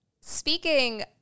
Speaking